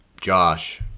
Josh